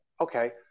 Okay